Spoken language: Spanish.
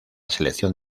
selección